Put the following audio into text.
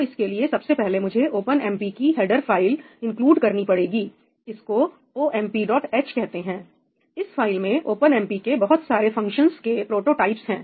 तो इसके लिए सबसे पहले मुझे ओपनएमपी की हेडर फाइल इंक्लूड करनी पड़ेगी इसको 'omph' कहते हैं इस फाइल में ओपनएमपी के बहुत सारे फंक्शंस के प्रोटोटाइपस हैं